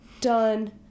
done